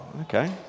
okay